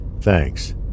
thanks